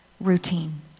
routine